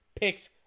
picks